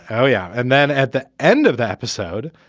oh, yeah. and then at the end of the episode,